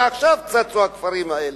ועכשיו צצו הכפרים האלה.